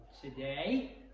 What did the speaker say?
today